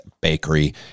Bakery